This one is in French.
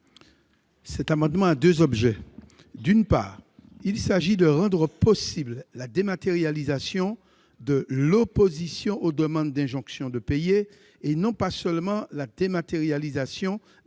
Cet amendement a deux objets. D'une part, il s'agit de rendre possible la dématérialisation de « l'opposition aux demandes d'injonction de payer » et non pas seulement la dématérialisation des